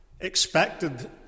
expected